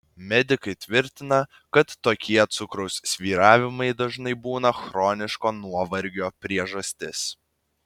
medikai tvirtina kad tokie cukraus svyravimai dažnai būna chroniško nuovargio priežastis